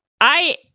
I-